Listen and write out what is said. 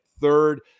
third